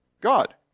God